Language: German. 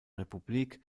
republik